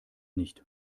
nicht